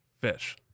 fish